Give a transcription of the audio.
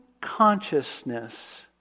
consciousness